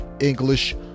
English